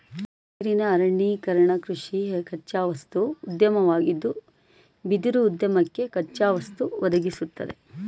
ಬಿದಿರಿನ ಅರಣ್ಯೀಕರಣಕೃಷಿ ಕಚ್ಚಾವಸ್ತು ಉದ್ಯಮವಾಗಿದ್ದು ಬಿದಿರುಉದ್ಯಮಕ್ಕೆ ಕಚ್ಚಾವಸ್ತು ಒದಗಿಸ್ತದೆ